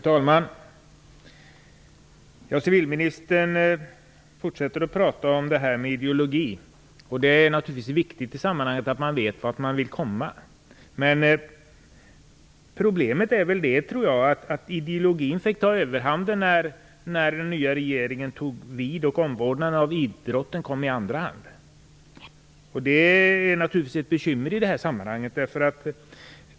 Fru talman! Civilministern fortsätter att prata om ideologin, och det är naturligtvis viktigt i sammanhanget att man vet vart man vill komma. Problemet är väl att ideologin fick ta överhanden och att omvårdnaden om idrotten kom i andra hand när den nya regeringen tog vid. Det är naturligtvis ett bekymmer.